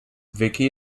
vicky